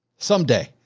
someday,